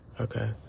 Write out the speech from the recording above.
okay